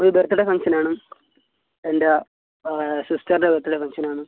ഒരു birthday function ആണ് എൻ്റെ സിസ്റ്റർടെ ബർത്ത്ഡേ ഫംഗ്ഷൻ ആണ്